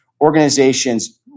organizations